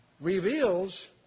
reveals